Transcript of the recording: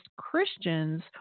Christians